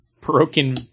broken